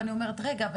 ואני אומרת רגע,